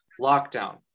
lockdown